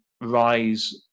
rise